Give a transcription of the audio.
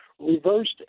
reversed